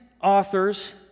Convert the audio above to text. authors